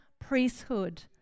priesthood